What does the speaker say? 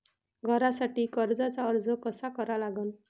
घरासाठी कर्जाचा अर्ज कसा करा लागन?